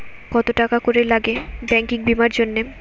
কত টাকা করে লাগে ব্যাঙ্কিং বিমার জন্য?